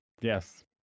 Yes